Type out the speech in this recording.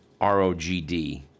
ROGD